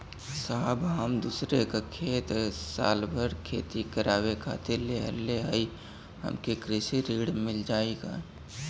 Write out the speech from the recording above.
साहब हम दूसरे क खेत साल भर खेती करावे खातिर लेहले हई हमके कृषि ऋण मिल जाई का?